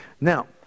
Now